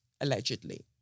Allegedly